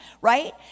right